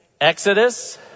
Exodus